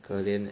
可怜 leh